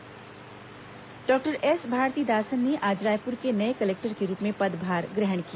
S Bharathidasan पदभार doctor S Bharathidasan ने आज रायपुर के नये कलेक्टर के रूप में पदभार ग्रहण किया